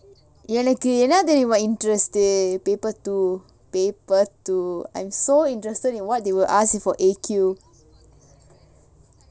எனக்கு என்னா தெரியுமா:enakku enna theriyumaa interest paper two paper two I'm so interested in what they will ask you for A_Q